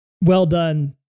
well-done